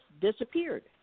disappeared